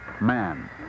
man